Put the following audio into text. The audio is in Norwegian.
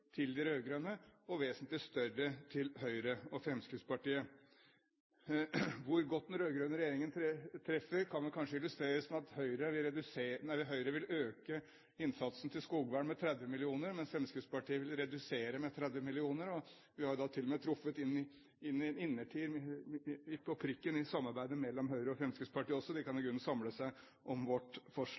til de rød-grønnes og vesentlig større i forhold til Høyres og Fremskrittspartiets. Hvor godt den rød-grønne regjeringen treffer, kan kanskje illustreres ved at Høyre vil øke innsatsen til skogvern med 30 mill. kr, mens Fremskrittspartiet vil redusere med 30 mill. kr. Vi har da til og med truffet innertier, på prikken, i samarbeidet mellom Høyre og Fremskrittspartiet, så de kan i grunnen samle seg om vårt forslag.